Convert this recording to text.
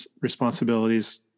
responsibilities